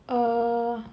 err